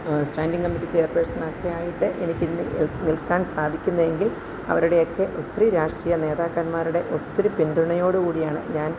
standing committee ചെയർപേഴ്സണൊക്കെ ആയിട്ട് എനിക്ക് ഇന്ന് നിൽക്കാൻ സാധിക്കുന്നു എങ്കിൽ അവരുടെയക്കെ ഒത്തിരി രാഷ്ട്രീയ നേതാക്കന്മാരുടെ ഒത്തിരി പിന്തുണയോട് കൂടിയാണ് ഞാൻ